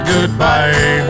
Goodbye